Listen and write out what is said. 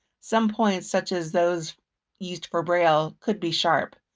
some points, such as those used for braille, could be sharp.